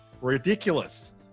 ridiculous